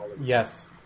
Yes